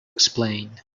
explain